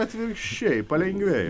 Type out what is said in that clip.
atvirkščiai palengvėji